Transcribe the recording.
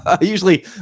usually